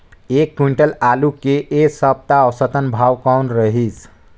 एक क्विंटल आलू के ऐ सप्ता औसतन भाव कौन रहिस?